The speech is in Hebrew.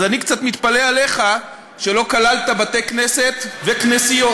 אז אני קצת מתפלא עליך שלא כללת בתי-כנסת וכנסיות.